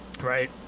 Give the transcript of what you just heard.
right